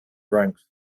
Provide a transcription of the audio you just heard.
ranks